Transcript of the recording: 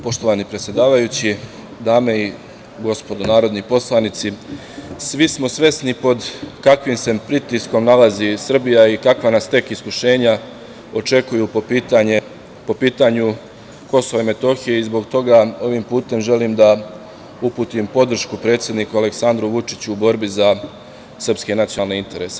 Poštovani predsedavajući, dame i gospodo narodni poslanici, svi smo svesni pod kakvim se pritiskom nalazi Srbija i kakva nas tek iskušenja očekuju po pitanju Kosova i Metohije i zbog toga ovim putem želim da uputim podršku predsedniku Aleksandru Vučiću u borbi za srpske nacionalne interese.